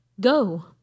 go